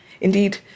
indeed